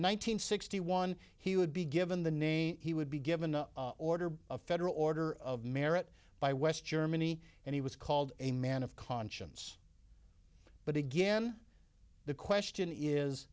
hundred sixty one he would be given the name he would be given a order of federal order of merit by west germany and he was called a man of conscience but again the question is